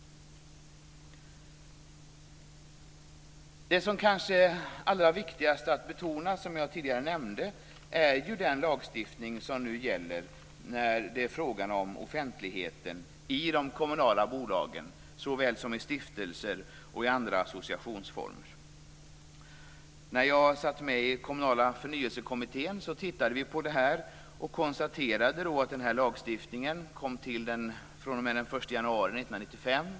Det som kanske är allra viktigast att betona, som jag tidigare sade, är den lagstiftning som nu gäller i fråga om offentligheten i de kommunala bolagen, såväl som i stiftelser och andra associationsformer. När jag satt med i den kommunala förnyelsekommittén tittade vi på det här och konstaterade att den här lagstiftningen började gälla den 1 januari 1995.